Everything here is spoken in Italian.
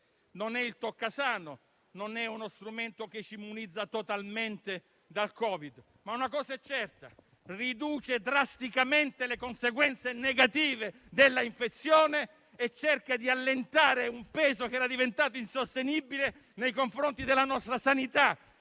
non è il toccasana; non è uno strumento che ci immunizza totalmente dal Covid, ma una cosa è certa: riduce drasticamente le conseguenze negative dell'infezione e cerca di allentare un peso che era diventato insostenibile nei confronti della nostra sanità,